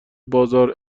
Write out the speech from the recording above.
بازار